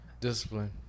discipline